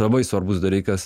labai svarbus dalykas